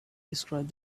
described